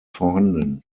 vorhanden